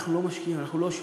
אנחנו לא משקיעים, אנחנו לא שם.